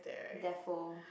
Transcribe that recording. therefore